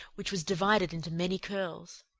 which was divided into many curls.